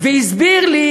והסביר לי